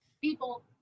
people